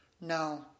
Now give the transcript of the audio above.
No